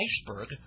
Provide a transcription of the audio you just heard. iceberg